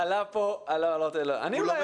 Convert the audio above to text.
במשך הרבה